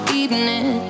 evening